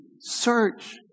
search